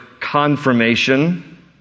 confirmation